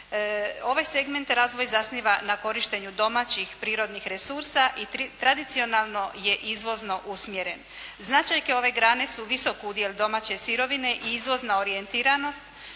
Ovaj segment razvoj zasniva na korištenju domaćih prirodnih resursa i tradicionalno je izvozno usmjeren. Značajke ove grane su visok udjel domaće sirovine i izvozna orijentiranost,